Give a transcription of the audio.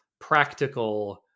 practical